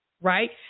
Right